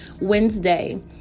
Wednesday